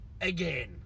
again